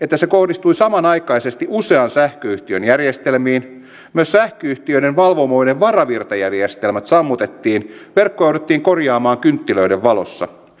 että se kohdistui samanaikaisesti usean sähköyhtiön järjestelmiin myös sähköyhtiöiden valvomoiden varavirtajärjestelmät sammutettiin verkko jouduttiin korjaamaan kynttilöiden valossa